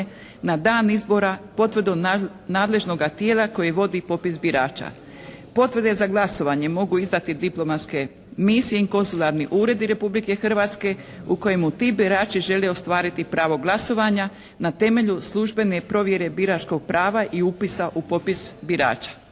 na dan izbora potvrdom nadležnoga tijela koji vodi popis birača. Potvrde za glasovanje mogu izdati diplomatske misije i konzularni uredi Republike Hrvatske u kojemu ti birači žele ostvariti pravo glasovanja na temelju službene provjere biračkog prava i upisa u popis birača.